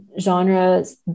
genres